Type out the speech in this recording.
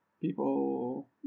people